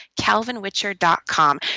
CalvinWitcher.com